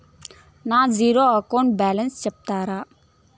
నా zero account balance సెప్తారా?